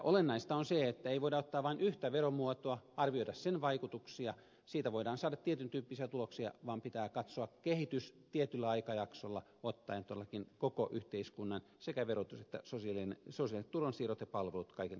olennaista on se että ei voida ottaa vain yhtä veromuotoa arvioida sen vaikutuksia siitä voidaan saada tietyntyyppisiä tuloksia vaan pitää katsoa kehitys tietyllä aikajaksolla ottaen todellakin koko yhteiskunnan sekä verotus että sosiaaliset tulonsiirrot ja palvelut kaiken kaikkiaan huomioon